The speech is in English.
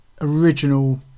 original